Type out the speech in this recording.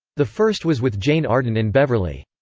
the first was with jane arden in beverley.